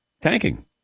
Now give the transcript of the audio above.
Tanking